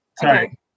Sorry